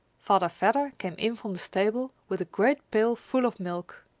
father vedder came in from the stable with a great pail full of milk.